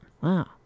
Wow